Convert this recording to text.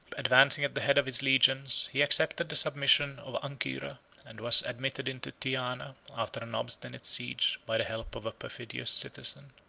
advancing at the head of his legions, he accepted the submission of ancyra, and was admitted into tyana, after an obstinate siege, by the help of a perfidious citizen.